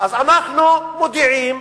אז אנחנו מודיעים: